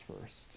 first